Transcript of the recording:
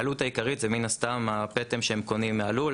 העלות העיקרית זה מן הסתם הפטם שהם קונים מהלול,